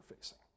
facing